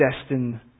destined